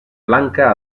blanca